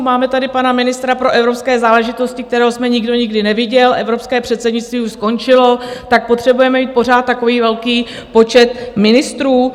Máme tady pana ministra pro evropské záležitosti, kterého jsme nikdo nikdy neviděl, evropské předsednictví už skončilo, tak potřebujeme mít pořád takový velký počet ministrů?